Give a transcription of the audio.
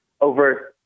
over